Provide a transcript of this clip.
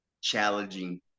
challenging